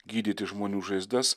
gydyti žmonių žaizdas